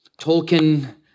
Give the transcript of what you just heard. tolkien